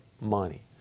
money